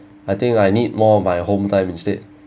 I think I need more my home time instead